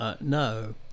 No